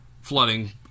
flooding